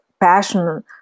passion